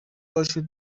باشین